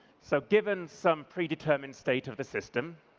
so given some predetermined state of the system.